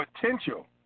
potential